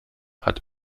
hat